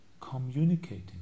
communicating